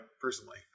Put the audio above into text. personally